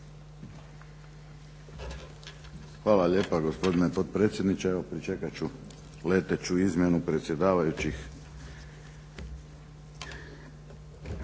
Hvala lijepa gospodine potpredsjedniče. Evo pričekat ću leteću izmjenu predsjedavajućih.